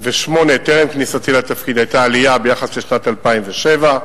טרם כניסתי לתפקיד, היתה עלייה ביחס לשנת 2007,